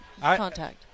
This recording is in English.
contact